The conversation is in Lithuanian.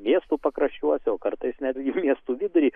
miestų pakraščiuose o kartais netgi į miestų vidury